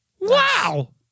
Wow